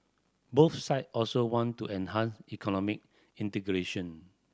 both side also want to enhance economic integration